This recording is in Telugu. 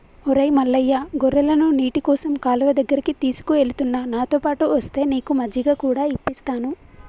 ఒరై మల్లయ్య గొర్రెలను నీటికోసం కాలువ దగ్గరికి తీసుకుఎలుతున్న నాతోపాటు ఒస్తే నీకు మజ్జిగ కూడా ఇప్పిస్తాను